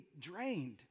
drained